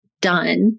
done